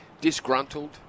disgruntled